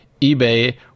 eBay